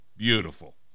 Beautiful